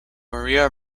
maria